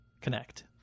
connect